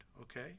okay